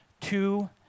two